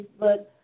Facebook